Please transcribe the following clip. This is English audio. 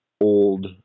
old